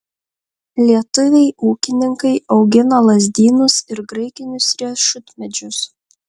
lietuviai ūkininkai augina lazdynus ir graikinius riešutmedžius